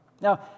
Now